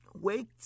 wait